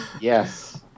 Yes